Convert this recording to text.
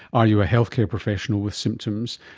are you a healthcare professional with symptoms,